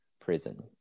prison